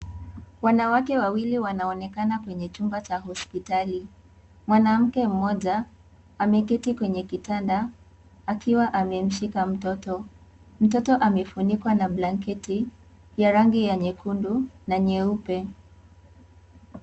Wanawake wawili wanaonekana kwenye chumba cha hospitali. Mwanamke mmoja, ameketi kwenye kitanda, akiwa amemshika mtoto. Mtoto amefunikwa na blanketi, ya rangi ya nyekundu na nyeupe.